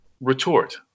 retort